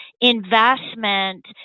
investment